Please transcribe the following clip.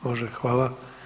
Može, hvala.